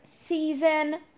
season